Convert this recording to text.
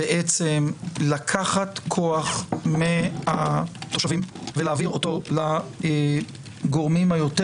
לקחת כוח מהתושבים ולהעביר אותו לגורמים היותר